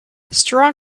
strong